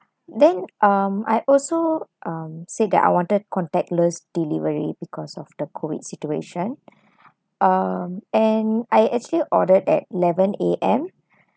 then um I also um said that I wanted contactless delivery because of the COVID situation um and I actually ordered at eleven A_M